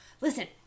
listen